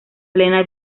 plena